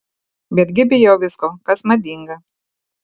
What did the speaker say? betgi bijau visko kas madinga